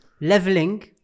leveling